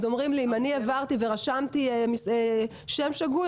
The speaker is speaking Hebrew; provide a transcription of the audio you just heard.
אם אני העברתי ורשמתי שם שגוי,